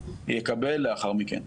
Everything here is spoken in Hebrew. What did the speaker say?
יקבל לאחר מכן.